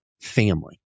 family